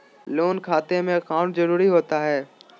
Loan खाते में account जरूरी होता है?